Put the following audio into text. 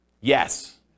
Yes